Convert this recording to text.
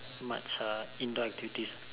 much uh indoor activities